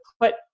put